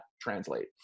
translate